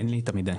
אין לי את המידע.